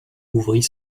ouvrit